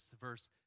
verse